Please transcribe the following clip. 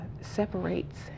separates